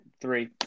three